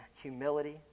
humility